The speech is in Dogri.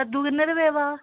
कद्दू किन्ने रपेऽ पाऽ